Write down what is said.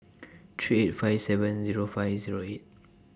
three eight five seven Zero five Zero eight